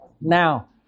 Now